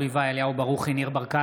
נוכחת זאב אלקין, אינו נוכח דוד אמסלם,